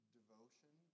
devotion